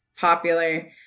popular